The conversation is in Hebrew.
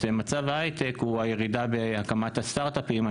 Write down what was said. מצב ההייטק הוא הירידה בהקמת הסטארט-אפים.